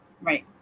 right